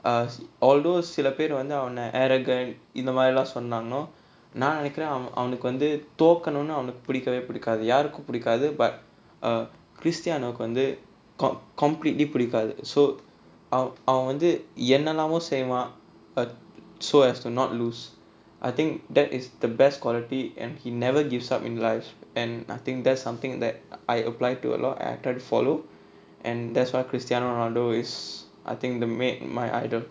err although சில பேரு வந்து அவன:sila peru vanthu avana arrogant இந்த மாரி எல்லாம் சொன்னாலும் நா நினைக்கிறேன் அவனுக்கு வந்து தோக்கனுனு அவனுக்கு பிடிக்கவே புடிக்காது யாருக்கு புடிக்காது:intha maari ellaam sonnaalum naa ninaikkiraen avanukku vanthu thokkanunu avanukku pidikkavae pudikkaathu yaarukku pudikkaathu but err cristiano வந்து:vanthu completely புடிக்காது:pudikkaathu so அவ அவன் வந்து என்னெல்லாமோ செய்வான்:ava avan vanthu ennellamo seiyvaan as to not lose I think that is the best quality and he never gives up in life and nothing that's something that I apply to a lot and I try to follow and that's why cristiano ronaldo is I think the made my idol